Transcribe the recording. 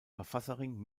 verfasserin